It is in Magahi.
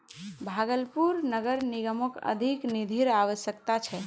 भागलपुर नगर निगमक अधिक निधिर अवश्यकता छ